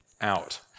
out